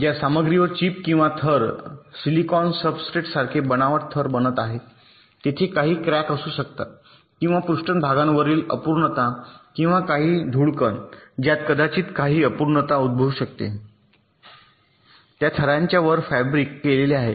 ज्या सामग्रीवर चीप किंवा थर सिलिकॉन सब्सट्रेट सारखे बनावट थर बनत आहेत तेथे काही क्रॅक असू शकतात किंवा पृष्ठभागावरील अपूर्णता किंवा काही धूळ कण ज्यात कदाचित काही अपूर्णता उद्भवू शकतात त्या थरांच्या वर फॅब्रिक केलेले आहेत